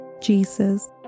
Jesus